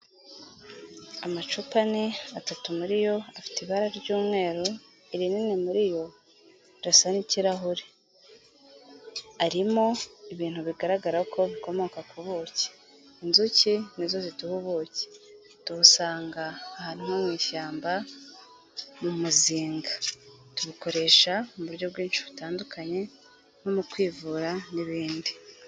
Amacupa ane atatu muri yo afite ibara ry'umweru, irinini muri yo, rirasa n'ikirahure, arimo ibintu bigaragara ko bikomoka ku buki, inzuki nizo ziduha ubuki, tubusanga ahantu nko mu ishyamba, mu muzinga, tubukoresha mu buryo bwinshi butandukanye nko mu kwivura n'ibindi.